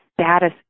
status